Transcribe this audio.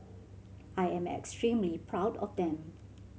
I am extremely proud of them